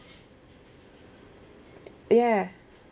ya